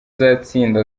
uzatsinda